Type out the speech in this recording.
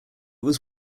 was